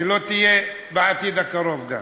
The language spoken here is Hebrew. שלא תהיה בעתיד הקרוב גם.